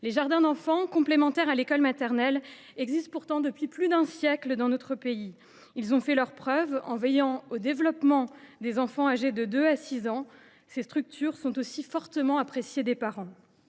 Les jardins d’enfants, structures complémentaires des écoles maternelles, existent pourtant depuis plus d’un siècle dans notre pays. Ils ont fait leurs preuves en veillant au développement des enfants âgés de 2 à 6 ans. Ces structures sont aussi très appréciées des parents.